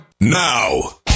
now